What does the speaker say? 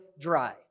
dry